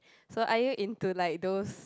so are you into like those